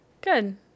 Good